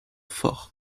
forzh